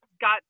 got